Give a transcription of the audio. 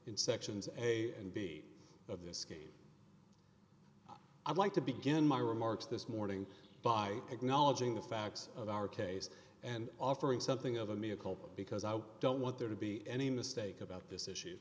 in sections a and b of the scheme i'd like to begin my remarks this morning by acknowledging the facts of our case and offering something of a miracle because i don't want there to be any mistake about this issue